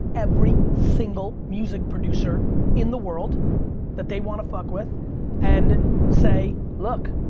every single music producer in the world that they want to fuck with and say, look,